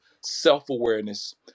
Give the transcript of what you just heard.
self-awareness